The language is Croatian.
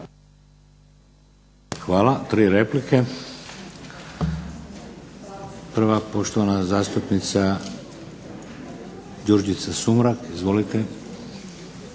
Hvala. Tri replike. Prva poštovana zastupnica Đurđica Sumrak, izvolite.